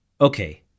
Okay